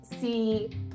see